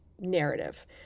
narrative